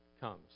comes